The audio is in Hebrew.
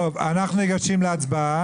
טוב, אנחנו ניגשים להצבעה.